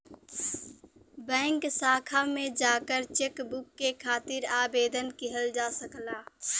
bank शाखा में जाकर चेकबुक के खातिर आवेदन किहल जा सकला